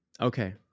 Okay